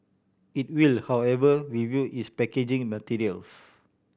it will however review its packaging materials